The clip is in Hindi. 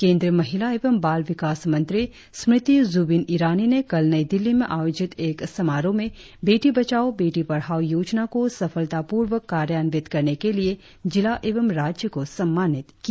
केंद्रीय महिला एवं बाल विकास मंत्री स्मृति ज़बिन इरानी ने कल नई दिल्ली में आयोजित एक समारोह में बेटी बचाओ बेटी पढ़ाओ योजना को सफलतापूर्वक कार्यान्वित करने के लिए जिला एवं राज्य को सम्मानित किया